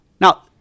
Now